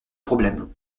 problème